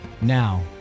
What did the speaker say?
now